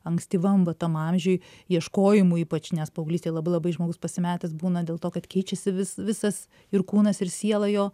ankstyvam vat tam amžiuj ieškojimų ypač nes paauglystėj labai labai žmogus pasimetęs būna dėl to kad keičiasi vis visas ir kūnas ir siela jo